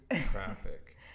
traffic